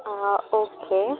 हा ओके